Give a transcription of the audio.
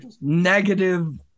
negative